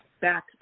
back